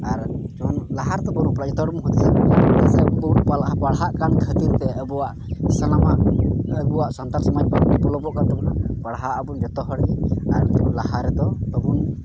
ᱟᱨ ᱡᱮᱢᱚᱱ ᱞᱟᱦᱟ ᱨᱮᱫᱚ ᱡᱚᱛᱚ ᱦᱚᱲ ᱵᱚᱱ ᱦᱩᱫᱤᱥᱟ ᱟᱵᱚ ᱵᱚᱱ ᱯᱟᱲᱦᱟᱜ ᱠᱟᱱ ᱠᱷᱟᱹᱛᱤᱨ ᱛᱮ ᱟᱵᱚᱣᱟᱜ ᱥᱟᱱᱟᱢᱟᱜ ᱥᱟᱱᱛᱟᱞ ᱥᱚᱢᱟᱡᱽ ᱵᱟᱝ ᱰᱮᱵᱷᱞᱚᱯᱚᱜ ᱠᱟᱱ ᱛᱟᱵᱚᱱᱟ ᱯᱟᱲᱦᱟᱜ ᱟᱵᱚᱱ ᱡᱚᱛᱚ ᱦᱚᱲ ᱜᱮ ᱞᱟᱦᱟ ᱨᱮᱫᱚ ᱵᱟᱵᱚᱱ